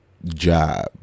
Job